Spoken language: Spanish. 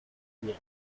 bien